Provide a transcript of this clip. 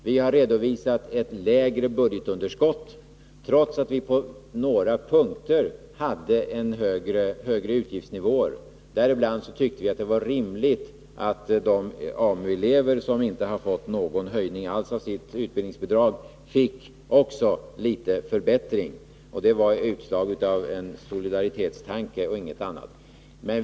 Vi har redovisat ett lägre budgetunderskott, trots att vi på några punkter hade högre utgiftsnivåer. Bl. a. tyckte vi att det var rimligt att de AMU-elever som inte fått någon höjning alls av sitt utbildningsbidrag också fick en liten förbättring. Det var utslag av en solidaritetstanke och ingenting annat.